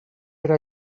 era